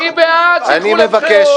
אני בעד שנלך לבחירות.